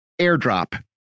airdrop